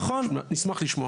נכון, נשמח לשמוע.